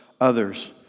others